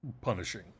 punishing